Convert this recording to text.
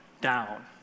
down